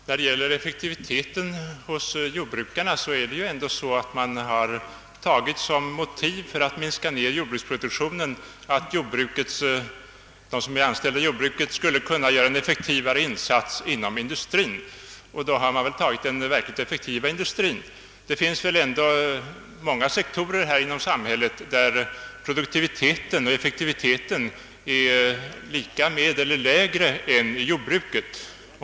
Herr talman! I fråga om jordbrukarnas effektivitet förhåller det sig ju ändå så, att man som motiv för en minskning av jordbruksproduktionen har anfört, att de inom jordbruket anställda skulle göra en effektivare insats inom industrin. Jag förmodar att man då syftar på den verkligt effektiva industrin. Det finns väl ändå många sektorer inom näringslivet, där produktiviteten eller effektiviteten är densamma som eller lägre än jordbrukets.